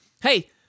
hey